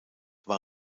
war